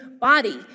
body